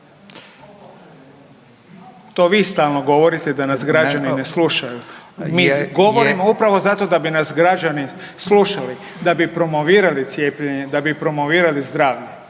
To vi stalno govorite da nas građani ne slušaju. Mi govorimo upravo zato da bi nas građani slušali, da bi promovirali cijepljenje, da bi promovirali zdravlje.